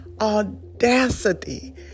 audacity